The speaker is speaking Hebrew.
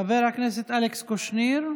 חבר הכנסת אלכס קושניר,